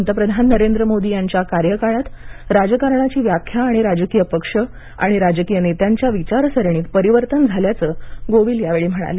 पंतप्रधान नरेंद्र मोदी यांच्या कार्यकाळात राजकारणाची व्याख्या आणि राजकीय पक्ष आणि राजकीय नेत्यांच्या विचारसरणीत परिवर्तन झाल्याचं गोविल यावेळी बोलताना म्हणाले